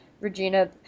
Regina